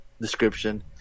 description